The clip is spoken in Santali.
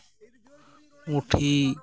ᱯᱩᱸᱴᱷᱤ